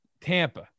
Tampa